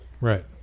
Right